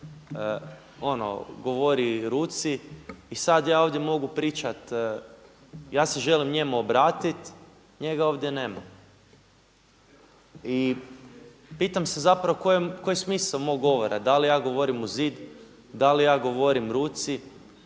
on govori ruci i sada ja ovdje mogu pričati ja se želim njemu obratiti, njega ovdje nema. I pitam se zapravo koji je smisao mog govora? Da li ja govorim u zid, da li je govorim ruci,